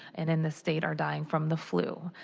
and in the state, are dying from the flu,